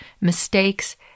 mistakes